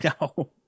No